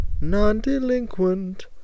non-delinquent